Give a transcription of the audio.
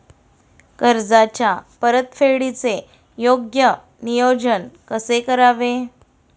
कर्जाच्या परतफेडीचे योग्य नियोजन कसे करावे?